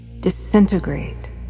disintegrate